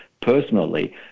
personally